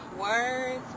words